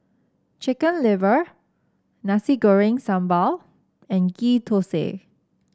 Chicken Liver Nasi Goreng Sambal and Ghee Thosai